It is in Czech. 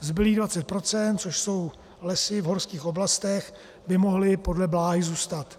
Zbylých 20 %, což jsou lesy v horských oblastech, by mohlo podle Bláhy zůstat.